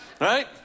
Right